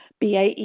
BAE